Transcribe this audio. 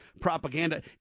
propaganda